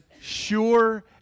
sure